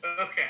Okay